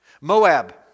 Moab